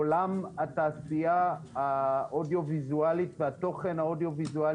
עולם התעשייה האודיו-ויזואלית והתוכן האודיו-ויזואלי